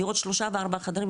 דירות שלושה וארבעה חדרים,